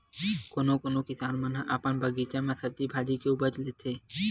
कोनो कोनो किसान मन ह अपन बगीचा म सब्जी भाजी के उपज लेथे